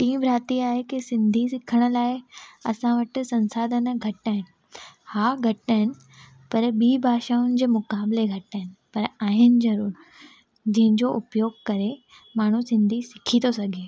T भ्राती आहे सिंधी सिखण लाइ असां वटि संसाधन घटि आहिनि हा घटि आहिनि पर ॿी भाषाऊनि जे मुकाबले घटि आहिनि पर आहिनि जरूर जंहिंजो उपयोग करे माण्हू सिंधी सिखी थो सघे